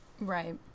Right